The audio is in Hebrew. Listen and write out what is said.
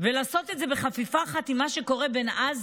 ולעשות את זה בחפיפה אחת עם מה שקורה בעזה,